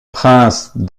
prince